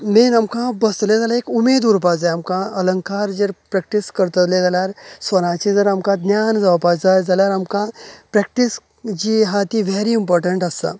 main आमकां बसतले जाल्या एक उमेद उरपा जाय आमकां अलंकार चेर प्रॅक्टीस करतले जाल्यार स्वरांचे जे आमकां ज्ञान जावपाय जाल्यार आमकां प्रॅक्टीस जी आहा ती वॅरी इम्पॉटंट आस्सा